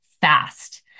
fast